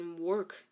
work